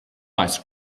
ice